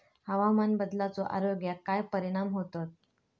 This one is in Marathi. हवामान बदलाचो आरोग्याक काय परिणाम होतत?